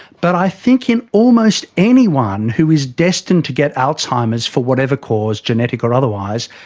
but i think in almost anyone who is destined to get alzheimer's for whatever cause, genetic or otherwise,